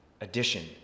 addition